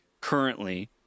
currently